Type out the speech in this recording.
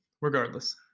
regardless